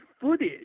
footage